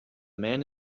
man